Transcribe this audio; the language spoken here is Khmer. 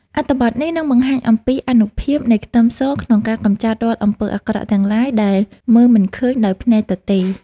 អត្ថបទនេះនឹងបង្ហាញអំពីអានុភាពនៃខ្ទឹមសក្នុងការកម្ចាត់រាល់អំពើអាក្រក់ទាំងឡាយដែលមើលមិនឃើញដោយភ្នែកទទេ។